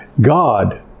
God